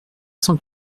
cent